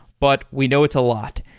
but we know it's a lot.